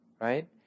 Right